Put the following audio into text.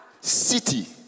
city